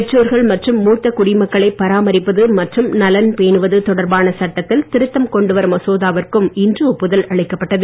பெற்றோர்கள் மற்றும் மூத்த குடிமக்களை பராமரிப்பது மற்றும் நலன் பேணுவது தொடர்பான சட்டத்தில் திருத்தம் கொண்டுவரும் மசோதாவிற்கும் இன்று ஒப்புதல் அளிக்கப்பட்டுள்ளது